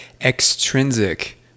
extrinsic